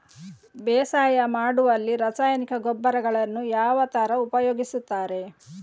ಬೇಸಾಯ ಮಾಡುವಲ್ಲಿ ರಾಸಾಯನಿಕ ಗೊಬ್ಬರಗಳನ್ನು ಯಾವ ತರ ಉಪಯೋಗಿಸುತ್ತಾರೆ?